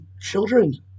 children